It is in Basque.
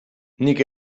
nik